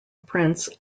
prince